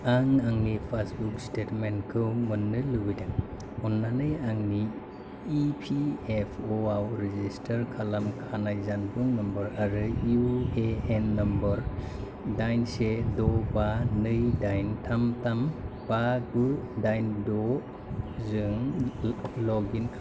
आं आंनि पासबुक स्टेटमेन्टखौ मोननो लुबैदों अननानै आंनि इ पि एफ अ आव रेजिस्टार खालामखानाय जानबुं नाम्बार आरो इउ ए एन नम्बर दाइन से द' बा नै दाइन थाम थाम बा गु दाइन द'जों लग इन खालाम